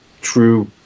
true